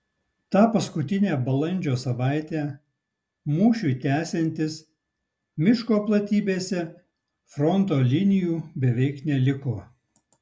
tą paskutinę balandžio savaitę mūšiui tęsiantis miško platybėse fronto linijų beveik neliko